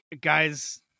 guys